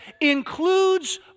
includes